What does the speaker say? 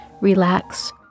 relax